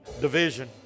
division